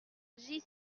j’y